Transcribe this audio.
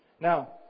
Now